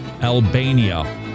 Albania